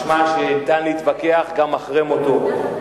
משמע שניתן להתווכח גם אחרי מותו.